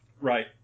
Right